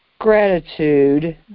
gratitude